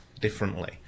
differently